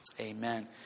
Amen